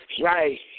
Right